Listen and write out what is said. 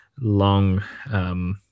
long